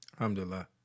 Alhamdulillah